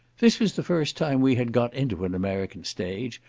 this was the first time we had got into an american stage,